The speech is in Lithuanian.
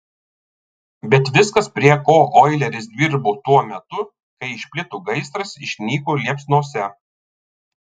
bet viskas prie ko oileris dirbo tuo metu kai išplito gaisras išnyko liepsnose